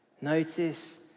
Notice